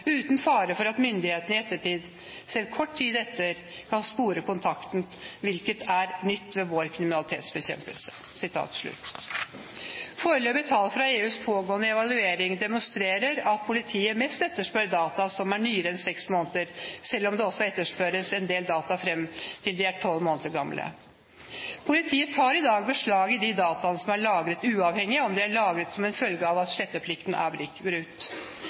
uten fare for at myndighetene i ettertid kan spore kontakten, hvilket er noe nytt ved vår kriminalitetsbekjempelse.» Foreløpige tall fra EUs pågående evaluering demonstrerer at politiet mest etterspør data som er nyere enn seks måneder, selv om det også etterspørres en del data fram til de er tolv måneder gamle. Politiet tar i dag beslag i de dataene som er lagret, uavhengig av om de er lagret som en følge av at sletteplikten er